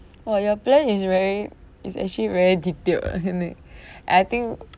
oh your plan is very it's actually very detailed lah I think